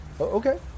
Okay